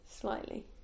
Slightly